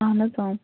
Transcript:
اَہَن حظ